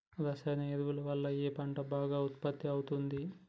రసాయన ఎరువుల వల్ల ఏ పంట బాగా ఉత్పత్తి అయితది?